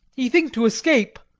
he think to escape,